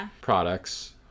products